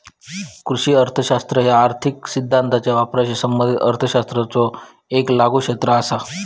कृषी अर्थशास्त्र ह्या आर्थिक सिद्धांताचा वापराशी संबंधित अर्थशास्त्राचो येक लागू क्षेत्र असा